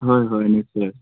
হয় হয় নিশ্চয়